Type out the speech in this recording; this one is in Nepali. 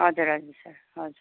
हजुर हजुर सर हजुर